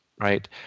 right